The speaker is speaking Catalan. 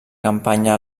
campanya